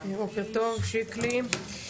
בוקר טוב שיקלי.